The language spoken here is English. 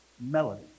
melody